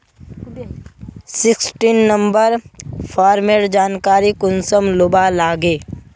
Sixteen number फार्मेर जानकारी कुंसम लुबा लागे?